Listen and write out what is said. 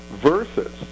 versus